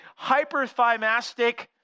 hyperthymastic